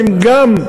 הן גם,